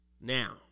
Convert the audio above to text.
Now